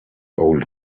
old